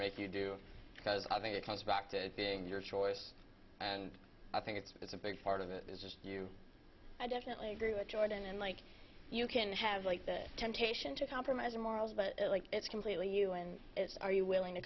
make you do because i think it comes back to being your choice and i think it's a big part of it is you i definitely agree with jordan and like you can have like the temptation to compromise or morals but it's completely un is are you willing to